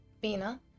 Bina